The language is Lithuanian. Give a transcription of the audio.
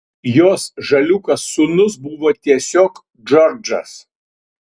jos žaliūkas sūnus buvo tiesiog džordžas